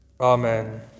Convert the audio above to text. Amen